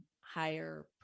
higher